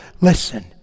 listen